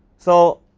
so,